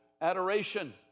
adoration